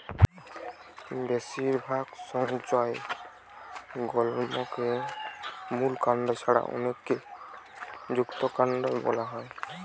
বেশিরভাগ সংজ্ঞায় গুল্মকে মূল কাণ্ড ছাড়া অনেকে যুক্তকান্ড বোলা হয়